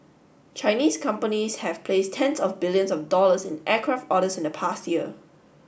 Chinese companies have placed tens of billions of dollars in aircraft orders in the past year